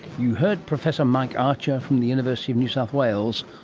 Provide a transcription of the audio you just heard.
you heard professor mike archer, from the university of new south wales,